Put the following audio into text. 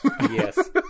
Yes